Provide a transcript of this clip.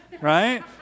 Right